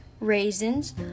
raisins